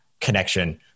connection